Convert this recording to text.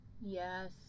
Yes